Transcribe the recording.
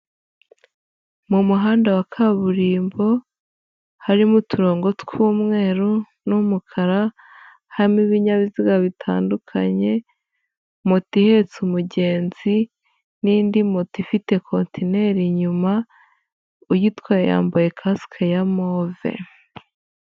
Mu muhanda wa kaburimbo, harimo uturongo tw'umweru n'umukara, harimo ibinyabiziga bitandukanye, moto ihetse umugenzi n'indi moto ifite kontineri inyuma, uyitwaye yambaye kasike ya move.